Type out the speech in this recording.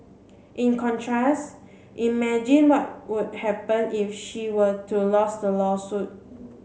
in contrast imagine what would happen if she were to lose the lawsuit